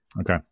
Okay